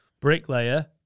Bricklayer